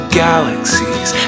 galaxies